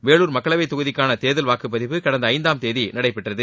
வேலுார் மக்களவைத் தொகுதிக்கான தேர்தல் வாக்குப்பதிவு கடந்த ஐந்தாம் தேதி நடைபெற்றது